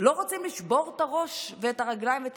לא רוצים לשבור את הראש ואת הרגליים ואת